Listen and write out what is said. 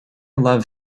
love